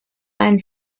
ein